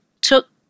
took